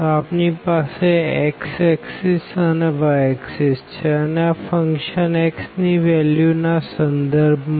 તો આપણી પાસે x એક્ષિસ અને y એક્ષિસ છે અને આ ફંક્શન x ની વેલ્યુ ના સંદર્ભ માં